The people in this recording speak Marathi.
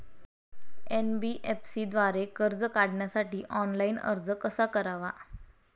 एन.बी.एफ.सी द्वारे कर्ज काढण्यासाठी ऑनलाइन अर्ज कसा करावा?